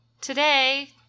today